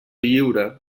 lliure